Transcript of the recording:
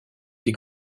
des